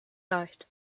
leicht